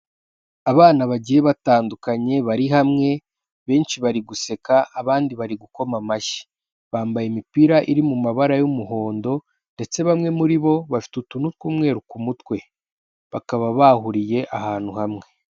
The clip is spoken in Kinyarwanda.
Abana bagiye batandukanye bari hamwe benshi bari guseka abandi bari gukoma amashyi, bambaye imipira iri mu mabara y'umuhondo ndetse bamwe muri bo bafite utuntu tw'umweru ku mutwe bakaba bahuriye ahantu hamwe.